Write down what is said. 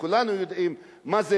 וכולנו יודעים מה זה